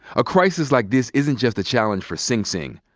a crisis like this isn't just a challenge for sing sing.